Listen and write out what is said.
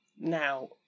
Now